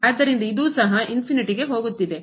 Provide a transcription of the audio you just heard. ಆದ್ದರಿಂದ ಇದು ಸಹ ಗೆ ಹೋಗುತ್ತಿದೆ